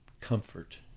comfort